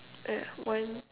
ya one